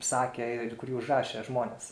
sakė ir kurį užrašė žmonės